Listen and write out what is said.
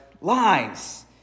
lies